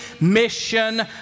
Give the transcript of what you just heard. mission